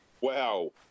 Wow